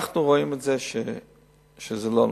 אנחנו רואים שזה לא נכון.